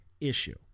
issue